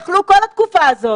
יכלו כל התקופה הזאת.